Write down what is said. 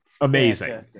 amazing